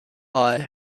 eye